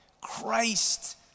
Christ